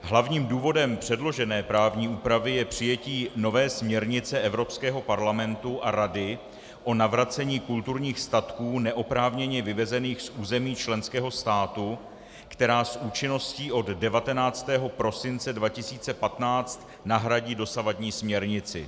Hlavním důvodem předložené právní úpravy je přijetí nové směrnice Evropského parlamentu a Rady o navracení kulturních statků neoprávněně vyvezených z území členského státu, která s účinností od 19. prosince 2015 nahradí dosavadní směrnici.